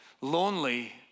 Lonely